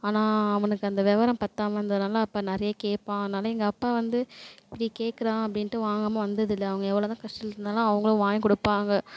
ஆனால் அவனுக்கு அந்த விவரம் பத்தாமல் அந்த நல்லா அப்போ நிறைய கேட்பான் அதனால எங்கள் அப்பா வந்து இப்படி கேட்குறான் அப்படின்ட்டு வாங்காமல் வந்தது இல்லை அவங்க எவ்வளவுதான் கஷ்டத்தில் இருந்தாலும் அவங்களும் வாங்கி கொடுப்பாங்க